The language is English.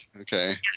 okay